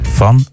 van